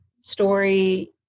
story